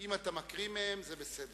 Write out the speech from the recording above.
אם אתה מקריא מהם, זה בסדר.